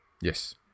Yes